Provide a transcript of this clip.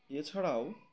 এছাড়াও